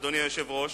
אדוני היושב-ראש,